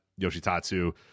Yoshitatsu